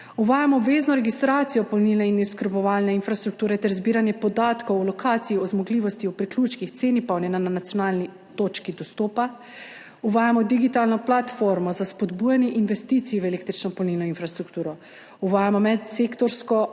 uvajamo obvezno registracijo polnilne in oskrbovalne infrastrukture ter zbiranje podatkov o lokaciji, o zmogljivosti, o priključkih, ceni polnjenja na nacionalni točki dostopa; uvajamo digitalno platformo za spodbujanje investicij v električno polnilno infrastrukturo; uvajamo medsektorsko